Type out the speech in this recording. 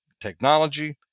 technology